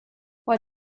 what